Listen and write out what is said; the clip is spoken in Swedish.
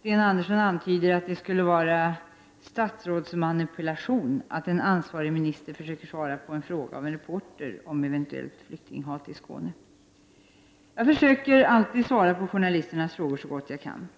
Sten Andersson antyder att det skulle vara ”statsrådsmanipulation”, att en ansvarig minister försöker svara på en fråga från en reporter om eventuellt flyktinghat i Skåne. Jag försöker alltid svara på journalisternas frågor så gott jag kan.